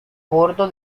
bordo